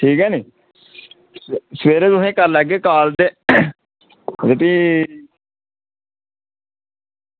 ठीक ऐ नी सबेरै तुसेंगी करी लैगे कॉल ते रुट्टी